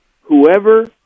Whoever